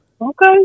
Okay